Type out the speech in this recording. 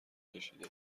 کشیده